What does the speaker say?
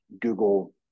Google